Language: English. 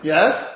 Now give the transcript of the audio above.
Yes